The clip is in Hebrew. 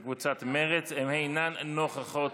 מרצ, הן אינן נוכחות